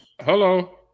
Hello